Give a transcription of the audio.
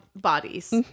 bodies